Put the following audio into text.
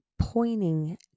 Pointing